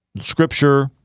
Scripture